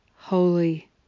holy